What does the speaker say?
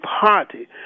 party